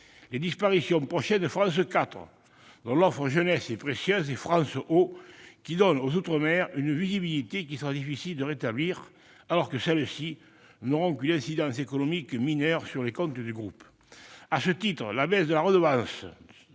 les disparitions prochaines de France 4 dont l'offre jeunesse est précieuse, et de France Ô qui donne aux outre-mer une visibilité qu'il sera difficile de rétablir, alors que ces disparitions n'auront qu'une incidence mineure sur les comptes du groupe.